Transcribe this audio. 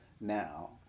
now